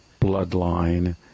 bloodline